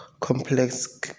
complex